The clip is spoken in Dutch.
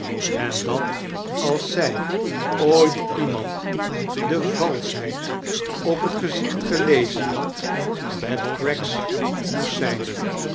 en dat als zij ooit iemand de vafechheid op het gezicht gelezen had het oraggs moest zijn